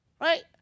right